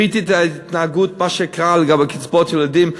ראיתי את ההתנהגות, מה שקרה לגבי קצבאות ילדים.